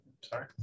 Sorry